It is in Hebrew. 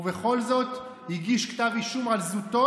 ובכל זאת הגיש כתב אישום על זוטות,